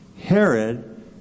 Herod